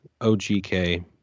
OGK